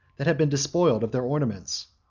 that have been despoiled of their ornaments.